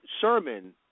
Sermon